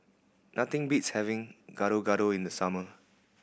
nothing beats having Gado Gado in the summer